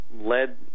led